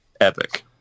Epic